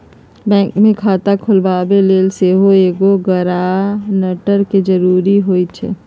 bank में खता खोलबाबे लेल सेहो एगो गरानटर के जरूरी होइ छै